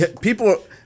people